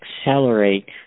accelerate